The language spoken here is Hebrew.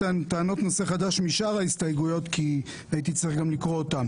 טענות נושא חדש משאר ההסתייגויות כי הייתי צריך גם לקרוא אותן.